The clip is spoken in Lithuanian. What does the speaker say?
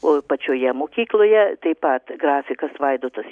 o pačioje mokykloje taip pat grafikas vaidotas